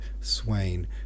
swain